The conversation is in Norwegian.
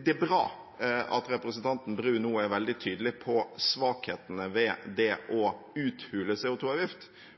Det er bra at representanten Bru nå er veldig tydelig på svakhetene ved det å uthule